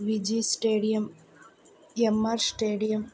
Vijay stadium MR stadium